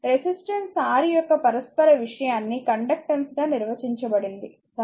resistance R యొక్క పరస్పర విషయాన్ని కండక్టెన్స్ గా నిర్వచించబడింది సరే